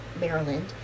Maryland